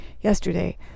Yesterday